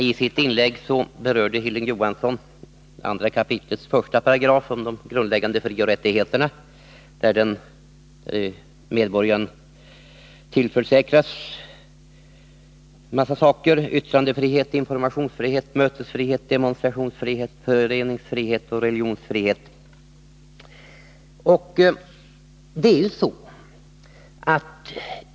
I sitt inlägg berörde Hilding Johansson 2 kap. 1§ om de grundläggande frioch rättigheterna där medborgaren tillförsäkras yttrandefrihet, informationsfrihet, demonstrationsfrihet, föreningsfrihet och religionsfrihet.